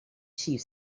chief